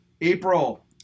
April